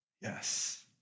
Yes